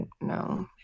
no